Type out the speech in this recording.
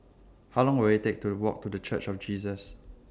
How Long Will IT Take to Walk to The Church of Jesus